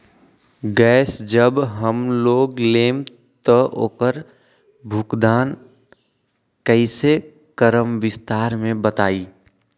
Gas जब हम लोग लेम त उकर भुगतान कइसे करम विस्तार मे बताई?